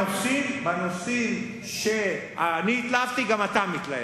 בנושאים שאני התלהבתי, גם אתה מתלהב,